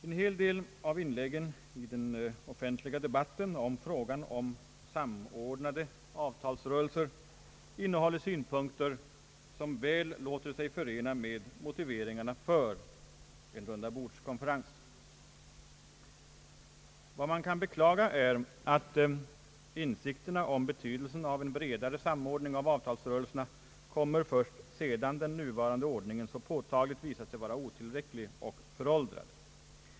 En hel del av inläggen i den offentliga debatten om frågan om samordnade avtalsrörelser innehåller synpunkter, som väl låter sig förena med motiveringarna för en rundabordskonferens. Vad man kan beklaga är att insikterna om betydelsen av en bredare samordning av avtalsrörelserna kommer först sedan den nuvarande ordningen så påtagligt visat sig vara otillräcklig och föråldrad.